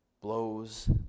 blows